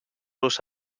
los